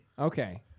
Okay